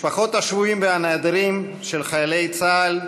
משפחות השבויים והנעדרים של חיילי צה"ל,